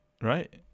right